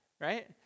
right